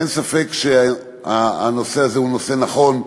אין ספק שהנושא הזה הוא נושא נכון.